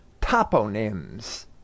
toponyms